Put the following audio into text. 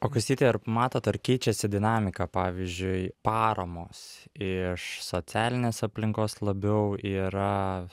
o kastyti ar matot ar keičiasi dinamika pavyzdžiui paramos iš socialinės aplinkos labiau yra